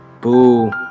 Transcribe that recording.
Boo